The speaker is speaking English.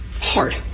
hard